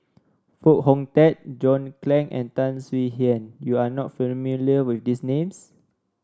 Foo Hong Tatt John Clang and Tan Swie Hian you are not familiar with these names